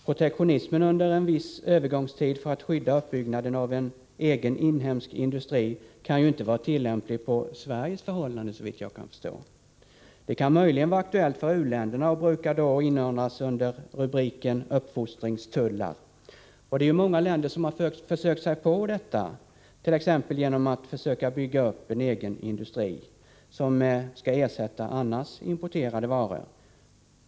Protektionism under en viss övergångstid för att skydda uppbyggnaden av en egen inhemsk industri kan inte vara tillämplig på Sveriges förhållanden, såvitt jag förstår. Det kan möjligen vara aktuellt med en sådan tillämpning för u-länderna, och det hela brukar då inordnas under rubriken ”uppfostringstullar”. Det är många länder som försökt sig på detta genom att t.ex. bygga upp en egen industri, vars produkter skall ersätta eljest importerade varor.